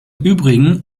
übrigen